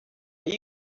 are